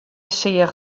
seach